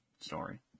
story